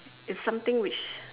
it's something which